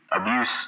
abuse